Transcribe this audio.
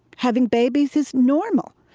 having babies is normal.